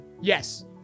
Yes